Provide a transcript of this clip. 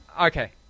Okay